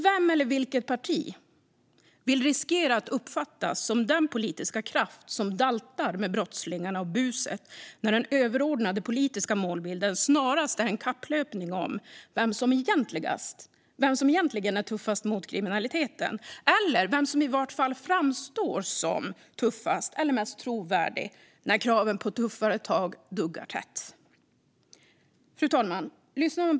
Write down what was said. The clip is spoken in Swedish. Vem eller vilket parti vill riskera att uppfattas som den politiska kraft som daltar med brottslingarna och buset när den överordnade politiska målbilden snarast är en kapplöpning om vem som egentligen är tuffast mot kriminaliteten eller som åtminstone framstår som tuffast eller mest trovärdig när kraven på tuffare tag duggar tätt? Fru talman!